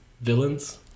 villains